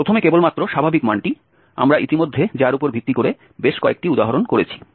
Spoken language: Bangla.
প্রথমে কেবলমাত্র স্বাভাবিক মানটি আমরা ইতিমধ্যে যার উপর ভিত্তি করে বেশ কয়েকটি উদাহরণ করেছি